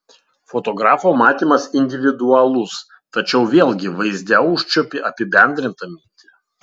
fotografo matymas individualus tačiau vėlgi vaizde užčiuopi apibendrintą mintį